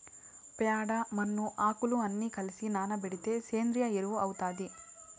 ప్యాడ, మన్ను, ఆకులు అన్ని కలసి నానబెడితే సేంద్రియ ఎరువు అవుతాది